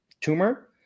tumor